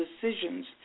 decisions